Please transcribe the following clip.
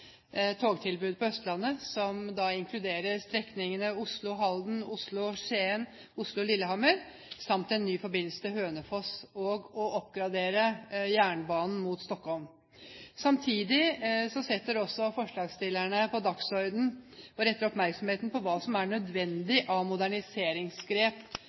på Østlandet som inkluderer strekningene Oslo–Halden, Oslo–Skien og Oslo–Lillehammer samt en ny forbindelse til Hønefoss og oppgradering av jernbanen mot Stockholm. Samtidig setter også forslagsstillerne på dagsordenen og retter oppmerksomheten mot nødvendige moderniseringsgrep innenfor dagens planleggingssystem. Pendlere, reisende og næringsliv kan underskrive på at det behovet er